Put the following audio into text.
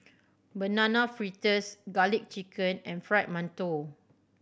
Banana Fritters Garlic Chicken and Fried Mantou